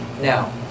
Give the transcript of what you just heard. Now